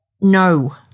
No